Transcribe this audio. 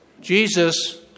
Jesus